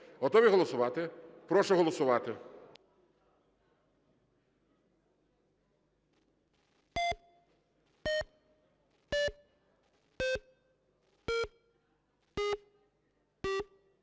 Готові голосувати? Прошу голосувати.